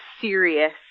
serious